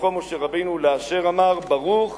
שבירכו משה רבנו: "ולאשר אמר: ברוך